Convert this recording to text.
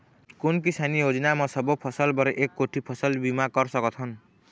कोन किसानी योजना म सबों फ़सल बर एक कोठी फ़सल बीमा कर सकथन?